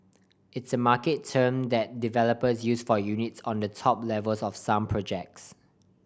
it's a market term that developer use for units on the top levels of some projects